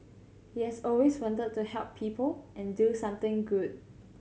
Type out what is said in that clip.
he has always wanted to help people and do something good